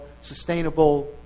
sustainable